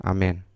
Amen